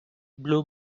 blue